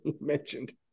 mentioned